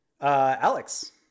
Alex